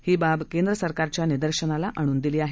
ही बाब केंद्र सरकारच्या निदर्शनाला आणून दिली आहे